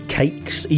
cakes